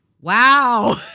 wow